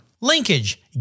Linkage